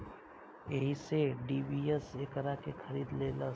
एही से डी.बी.एस एकरा के खरीद लेलस